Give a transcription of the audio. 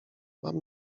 mam